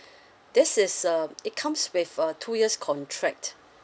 this is um it comes with uh two years contract